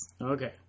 Okay